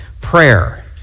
prayer